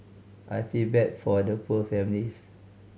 I feel bad for the poor families